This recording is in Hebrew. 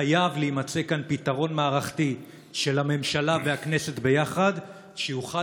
חייב להימצא כאן פתרון מערכתי של הממשלה והכנסת ביחד שיוכל